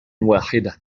واحدة